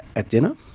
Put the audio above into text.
at dinner.